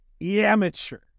amateur